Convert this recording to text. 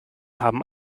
haben